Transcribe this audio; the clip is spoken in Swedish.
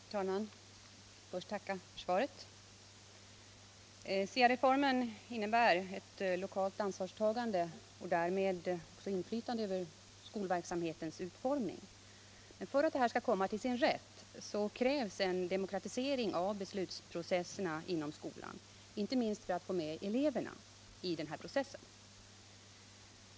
Herr talman! Jag vill först tacka för svaret. SIA-reformen innebär ett lokalt ansvarstagande och därmed också inflytande över skolverksamhetens utformning. För att detta skall komma till sin rätt krävs en demokratisering av beslutsprocesserna inom skolan, inte minst för att få eleverna med i denna process.